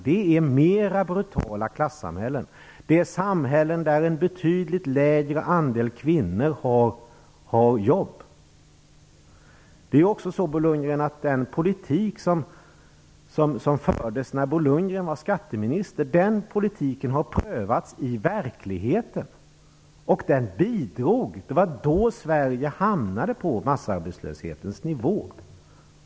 Det är ett mer brutalt klassamhälle där en betydligt lägre andel av kvinnorna har jobb. Den politik som fördes när Bo Lundgren var skatteminister har prövats i verkligheten. Den bidrog till att Sverige då hamnade på massarbetslöshetens nivå.